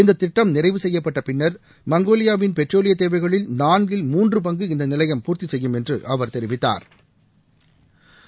இந்தத் திட்டம் நிறைவு செய்யப்பட்ட பின்னர் மங்கோலியாவின் பெட்ரோலிய தேவைகளின் நான்கில் மூன்று பங்கு இந்த நிலையம் பூர்த்தி செய்யும் என்று அவர் தெரிவித்தாா்